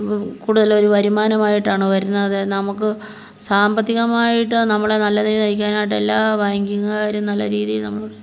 കൂടുതലൊരു വരുമാനമായിട്ടാണ് വരുന്നത് അത് നമുക്ക് സാമ്പത്തികമായിട്ട് നമ്മളെ നല്ല നിലയിൽ നയിക്കാനായിട്ട് എല്ലാ ബാങ്കിങ് കാരും നല്ല രീതിയിൽ നമ്മളോട്